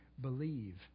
believe